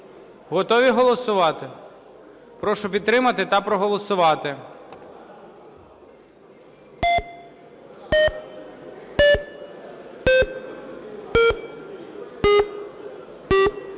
Готові голосувати? Прошу підтримати та проголосувати.